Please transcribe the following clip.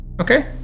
Okay